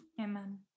Amen